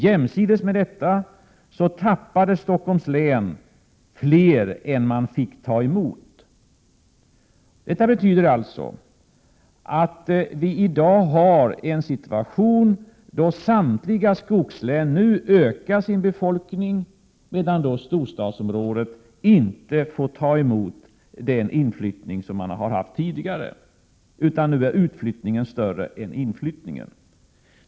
Jämsides med detta tappade Stockholms län fler än man fick Prot. 1987/88:127 ta emot. 26 maj 1988 Detta betyder alltså att i dag samtliga skogslän ökar sin befolkning, medan storstadsområdena inte får ta emot den inflyttning som man har haft tidigare utan har en utflyttning som är större än inflyttningen.